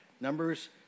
Numbers